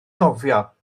gofio